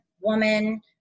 woman